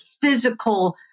physical